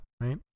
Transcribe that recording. right